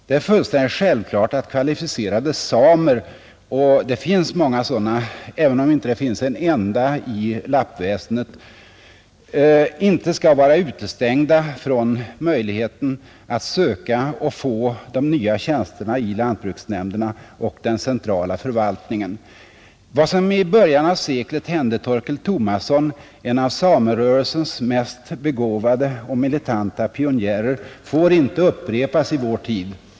Det är fullständigt självklart att kvalificerade samer, och det finns många sådana, även om det aldrig hittills funnits en enda same i lappväsendet, inte skall vara utestängda från möjligheten att söka och få de nya tjänsterna i lantbruksnämderna och den centrala förvaltningen. Vad som i början av seklet hände Torkel Tomasson, en av samerörelsens mest begåvade och militanta pionjärer, får inte upprepas i vår tid.